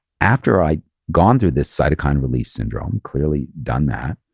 after i gone through this cytokine release syndrome, clearly done that,